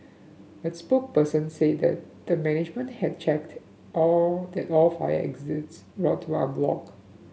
its spokesperson said that the management had checked all that all fire exit route are blocked